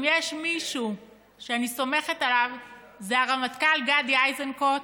יש מישהו שאני סומכת עליו זה הרמטכ"ל גדי איזנקוט,